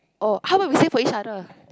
oh how about we say for each other